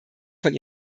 von